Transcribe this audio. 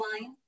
line